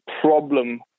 problem